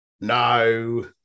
No